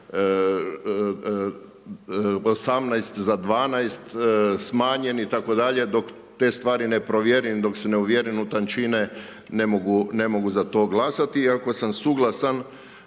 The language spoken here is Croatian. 18 za 12 smanjen i tako dalje, dok te stvari ne provjerim, dok se ne uvjerim u tančine, ne mogu za to glasati, iako sam suglasan